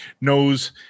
knows